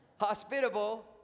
Hospitable